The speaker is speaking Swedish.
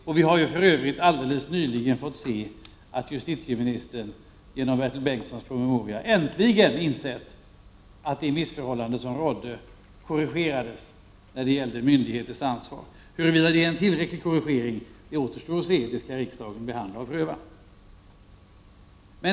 För övrigt har vi alldeles nyligen fått uppleva att justitieministern på grund av Bertil Bengtssons promemoria äntligen har insett att de missförhållanden som råder när det gäller myndigheters ansvar skall korrigeras. Huruvida det är en tillräcklig korrigering återstår att se. Den frågan skall riksdagen behandla och pröva.